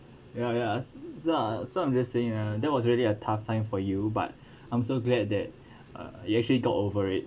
ya ya so uh so I'm just saying uh that was really a tough time for you but I'm so glad that you actually got over it